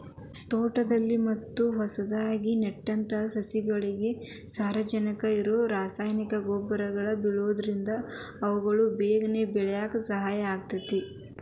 ತೋಟದಲ್ಲಿ ಮತ್ತ ಹೊಸದಾಗಿ ನೆಟ್ಟಂತ ಸಸಿಗಳಿಗೆ ಸಾರಜನಕ ಇರೋ ರಾಸಾಯನಿಕ ಗೊಬ್ಬರ ಬಳ್ಸೋದ್ರಿಂದ ಅವು ಬೇಗನೆ ಬೆಳ್ಯಾಕ ಸಹಾಯ ಆಗ್ತೇತಿ